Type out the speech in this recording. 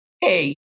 hey